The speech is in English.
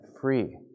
free